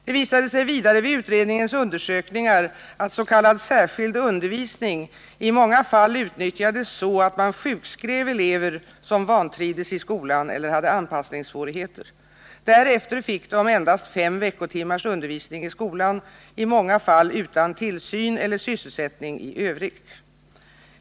Det visade sig vidare vid utredningens undersökningar att s.k. särskild undervisning i många fall utnyttjades så, att man sjukskrev elever som vantrivdes i skolan eller hade anpassningssvårigheter. Därefter fick de endast fem veckotimmars undervisning i skolan, i många fall utan tillsyn eller sysselsättning i övrigt.